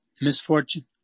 misfortune